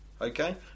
Okay